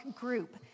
group